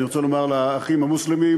אני רוצה לומר לאחים המוסלמים,